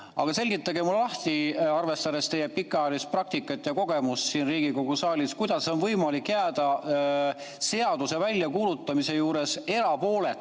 Aga selgitage mulle lahti, arvestades teie pikaajalist praktikat ja kogemus siin Riigikogu saalis, kuidas on võimalik jääda seaduse väljakuulutamise juures erapooletuks.